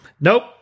Nope